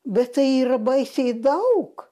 bet tai yra baisiai daug